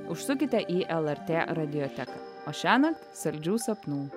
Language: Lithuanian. užsukite į lrt radioteką o šiąnakt saldžių sapnų